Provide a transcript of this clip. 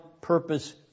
purpose